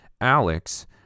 Alex